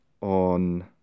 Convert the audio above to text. on